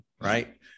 Right